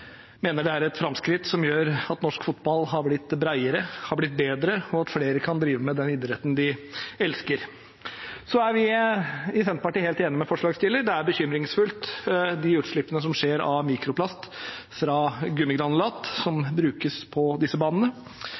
mener det er et framskritt som gjør at norsk fotball har blitt bredere, bedre og at flere kan drive med den idretten de elsker. Vi i Senterpartiet er helt enig med forslagsstillerne – det er bekymringsfullt med de utslippene av mikroplast fra gummigranulat som brukes på disse banene.